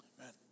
Amen